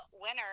winner